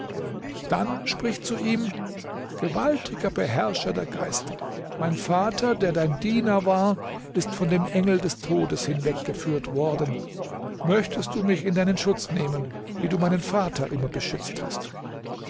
dann sprich zu ihm gewaltiger beherrscher der geister mein vater der dein diener war ist von dem engel des todes hinweggeführt worden möchtest du mich in deinen schutz nehmen wie du meinen vater immer beschützt hast